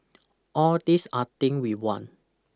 all these are thing we want